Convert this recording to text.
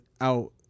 out